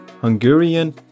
Hungarian